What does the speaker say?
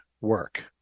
work